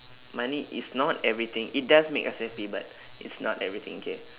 money is not everything it does make us happy but it's not everything okay